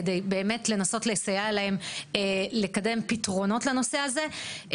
כדי לנסות לסייע להן לקדם פתרונות לנושא הזה.